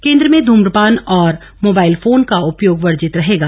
केन्द्र में धूमप्रपान और मोबाईल फोन का उपयोग वर्जित रहेगा